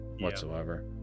whatsoever